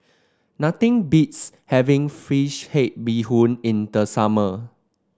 nothing beats having fish head Bee Hoon in the summer